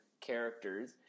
characters